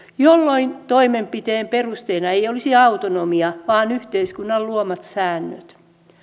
jolloin toimenpiteen perusteena ei olisi autonomia vaan yhteiskunnan luomat säännöt